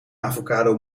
avocado